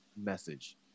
message